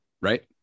right